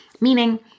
Meaning